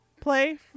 play